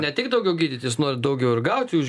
ne tik daugiau gydyti jis nori daugiau ir gauti už